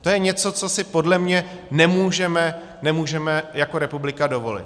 To je něco, co si podle mě nemůžeme, nemůžeme jako republika dovolit.